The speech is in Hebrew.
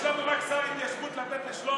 יש לנו רק שר התיישבות לתת לשלמה,